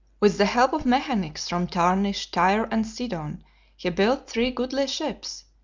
with the help of mechanics from tarshish, tyre, and sidon, he built three goodly ships,